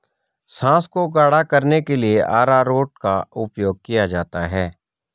sauce को गाढ़ा करने के लिए अरारोट का उपयोग किया जाता है